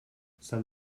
san